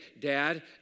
Dad